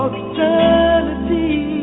eternity